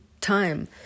time